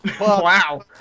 Wow